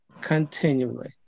continually